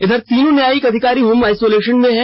इधर तीनों न्यायिक अधिकारी होम आइसोलेशन में हैं